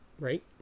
Right